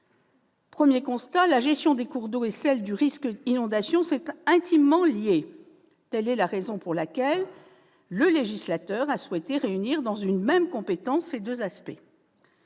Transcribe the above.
simple : la gestion des cours d'eau et celle du risque d'inondation sont intimement liées. Telle est la raison pour laquelle le législateur a souhaité réunir dans une même compétence ces deux aspects.